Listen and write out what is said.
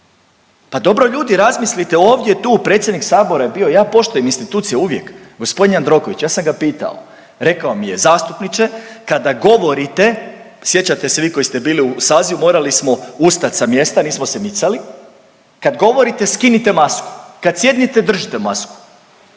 Pa dobro ljudi razmislite ovdje tu predsjednik Sabora je bio, ja poštujem institucije uvijek g. Jandroković ja sam ga pitao, rekao mi je zastupniče kada govorite, sjećate se vi koji ste bili u sazivu morali smo ustat sa mjesta, nismo se micali, kad govorite skinite masku, kad sjednite držite masku.